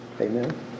Amen